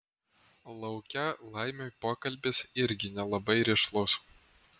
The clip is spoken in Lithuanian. lauke laimiui pokalbis irgi nelabai rišlus